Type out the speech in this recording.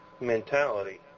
mentality